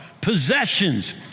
possessions